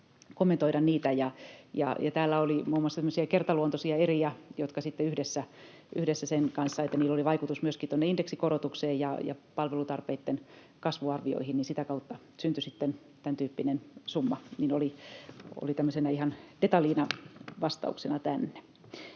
kommentoida niitä. Täällä oli muun muassa semmoisia kertaluontoisia eriä, joilla oli vaikutus myöskin indeksikorotukseen ja palvelutarpeitten kasvuarvioihin, ja sitä kautta syntyi tämäntyyppinen summa — oli tämmöisenä ihan detaljina, vastauksena tänne.